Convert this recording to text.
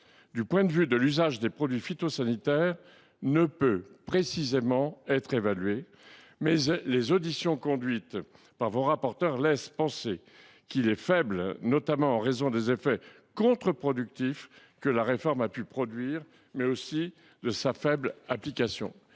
du point de vue de l’usage des produits phytosanitaires ne peut précisément être évalué, mais les auditions conduites par vos rapporteurs laissent penser qu’il est faible, notamment en raison des effets contre productifs que la réforme a pu produire, mais aussi de sa faible application.